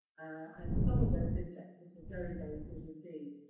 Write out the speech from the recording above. and some of those indexes are very, very good indeed.